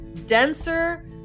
denser